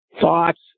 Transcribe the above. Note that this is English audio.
thoughts